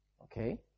okay